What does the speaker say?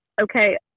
okay